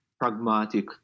pragmatic